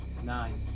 nine.